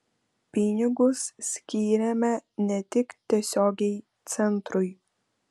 pinigus skyrėme ne tik tiesiogiai centrui